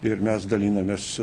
ir mes dalinamės